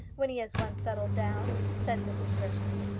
when he has once settled down, said mrs. burton.